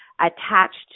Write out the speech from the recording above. attached